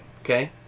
Okay